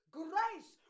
grace